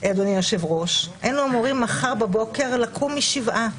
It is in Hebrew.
אדוני היושב-ראש, לקום משבעה,